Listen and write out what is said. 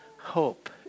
hope